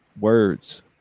words